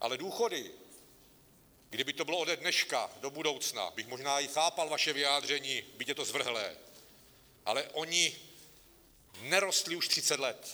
Ale důchody, kdyby to bylo ode dneška do budoucna, bych možná i chápal vaše vyjádření, byť je to zvrhlé, ale ony nerostly už 30 let.